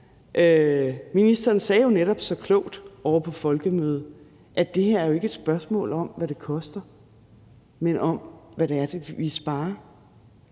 Ministeren sagde jo netop så klogt ovre på folkemødet, at det her ikke er et spørgsmål om, hvad det koster, men om, hvad det er, vi sparer.